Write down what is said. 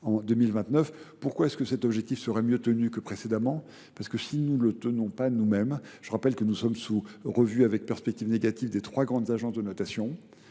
en 2029. Pourquoi est-ce que cet objectif serait mieux tenu que précédemment ? Parce que si nous ne le tenons pas nous-mêmes, je rappelle que nous sommes sous revue avec perspective négative des trois grands agents de notation.